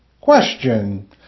Question